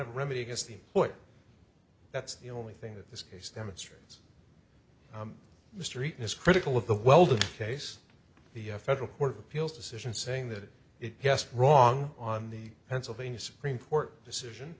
have a remedy against the oil that's the only thing that this case demonstrates mystery is critical of the well the case the federal court of appeals decision saying that it just wrong on the pennsylvania supreme court decision